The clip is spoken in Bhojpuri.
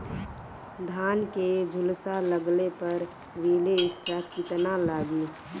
धान के झुलसा लगले पर विलेस्टरा कितना लागी?